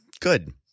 Good